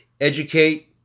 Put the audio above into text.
educate